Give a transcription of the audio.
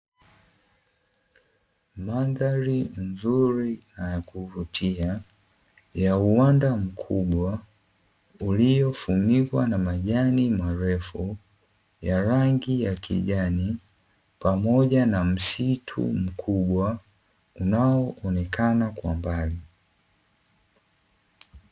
Mandhari nzuri na ya kuvutia ya uwanda mkubwa, uliofunikwa na majani marefu ya rangi ya kijani pamoja na msitu mkubwa unaoonekana kwa mbali.